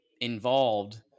involved